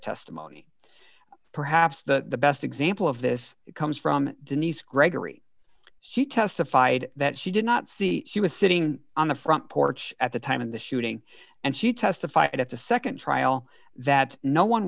testimony perhaps the best example of this comes from denise gregory she testified that she did not see she was sitting on the front porch at the time of the shooting and she testified at the nd trial that no one